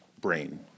brain